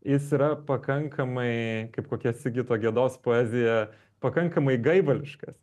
jis yra pakankamai kaip kokia sigito gedos poezija pakankamai gaivališkas